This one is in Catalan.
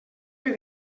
que